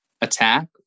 attack